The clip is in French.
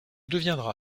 deviendra